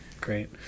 great